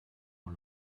ont